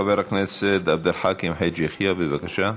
חבר הכנסת עבד אל חכים חאג' יחיא, בבקשה,